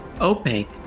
opaque